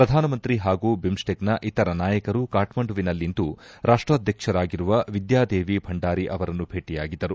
ಶ್ರಧಾನಮಂತ್ರಿ ಹಾಗೂ ಬಿಮ್ಸ್ಲೆಕ್ನ ಇತರ ನಾಯಕರು ಕಾಕ್ಸಂಡುವಿನಲ್ಲಿಂದು ರಾಷ್ಪಾದ್ಯಕ್ಷರಾಗಿರುವ ವಿದ್ಯಾದೇವಿ ಭಂಡಾರಿ ಅವರನ್ನು ಭೇಟಿಯಾಗಿದ್ದರು